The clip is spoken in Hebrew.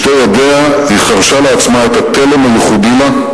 בשתי ידיה היא חרשה לעצמה את התלם הייחודי לה,